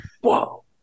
Whoa